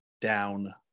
down